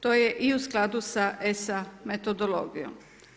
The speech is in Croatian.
To je i u skladu sa ESA metodologijom.